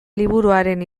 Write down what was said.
liburuaren